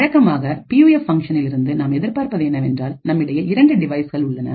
வழக்கமாக பியூஎஃப் ஃபங்ஷனில் இருந்து நாம் எதிர்பார்ப்பது என்னவென்றால் நம்மிடையே இரண்டு டிவைஸ்கள் உள்ளது